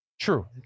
True